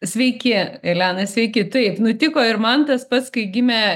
sveiki elena sveiki taip nutiko ir man tas pats kai gimė